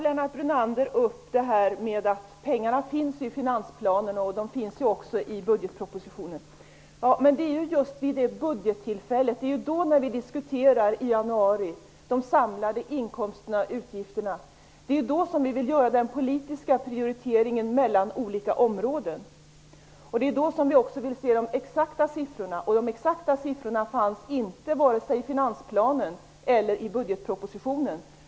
Lennart Brunander tog sedan upp att pengarna finns i finansplanen och i budgetpropositionen. Men det är ju just när vi diskuterar de samlade inkomsterna och utgifterna i januari som vi vill göra den politiska prioriteringen mellan olika områden. Det är också då som vi vill se de exakta siffrorna, och de fanns inte, vare sig i finansplanen eller i budgetpropositionen.